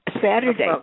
Saturday